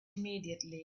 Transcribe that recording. immediately